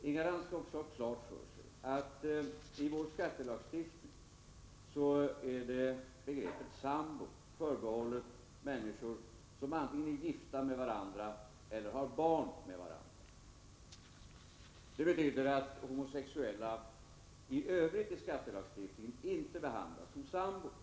Inga Lantz skall också ha klart för sig att begreppet ”sambo” i vår skattelagstiftning är förbehållet människor som antingen är gifta med varandra eller har barn med varandra. Det betyder att homosexuella i skattelagstiftningen inte behandlas som sambor.